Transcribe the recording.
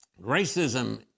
Racism